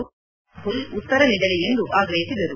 ಈ ಕುರಿತು ರಾಹುಲ್ ಉತ್ತರ ನೀಡಲಿ ಎಂದು ಆಗ್ರಹಿಸಿದರು